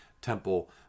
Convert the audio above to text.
temple